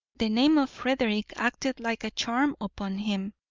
the name of frederick acted like a charm upon him.